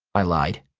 i lied.